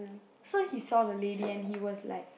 so he saw the lady and he was like